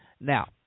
Now